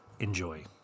Enjoy